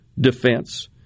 defense